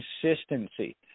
consistency